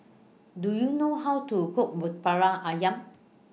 Do YOU know How to Cook Ayam